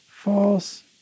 false